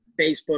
Facebook